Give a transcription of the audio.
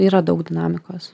yra daug dinamikos